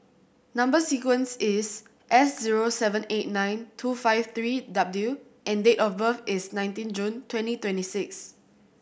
number sequence is S zero seven eight nine two five three W and date of birth is nineteen June twenty twenty six